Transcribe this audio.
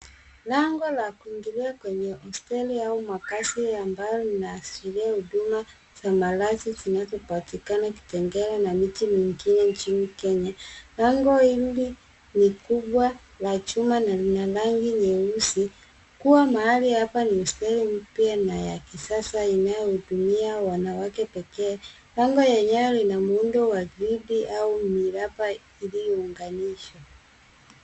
Lango la kuingilia kwenye hosteli au makazi ambalo linaashiria huduma za malazi zinazopatikana Kitengela na miji mengine nchini Kenya. Lango hili ni kubwa la chuma na lina rangi nyeusi kuwa mahali hapa ni hosteli mpya na ya kisasa inayohudumia wanawake pekee. Lango yenyewe lina muundo wa gridi au miraba iliyounganishwa.